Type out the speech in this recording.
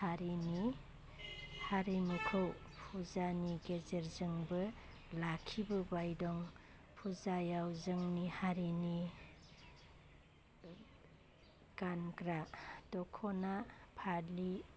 हारिनि हारिमुखौ पुजानि गेजेरजोंबो लाखिबोबाय दं फुजायाव जोंनि हारिनि गानग्रा दख'ना फालि